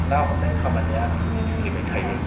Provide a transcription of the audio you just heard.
ना हमनाय खामानिआ जुदि सोलिबाय थायो